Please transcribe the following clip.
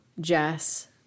Jess